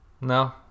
No